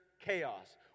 chaos